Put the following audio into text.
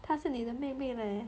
她是你的妹妹 leh